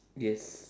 yes